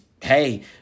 hey